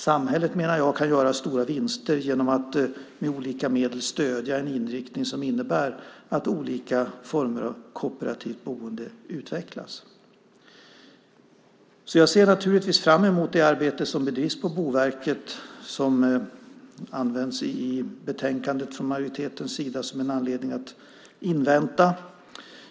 Samhället kan, menar jag, göra stora vinster genom att med olika medel stödja en inriktning som innebär att olika former av kooperativt boende utvecklas. Jag ser naturligtvis fram emot det arbete som bedrivs på Boverket och som används i betänkandet från majoritetens sida som en anledning att vänta.